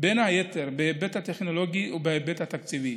בין היתר בהיבט הטכנולוגי ובהיבט התקציבי.